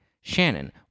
Shannon